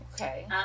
okay